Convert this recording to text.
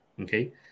okay